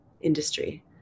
industry